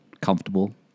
comfortable